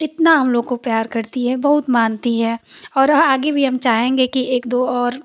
इतना हम लोग को प्यार करती है बहुत मानती है और आगे भी हम चाहेंगे की एक दो और